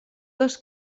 dos